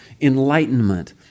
enlightenment